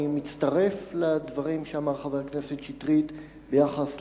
אני מצטרף לדברים שאמר חבר הכנסת שטרית ביחס לצורך.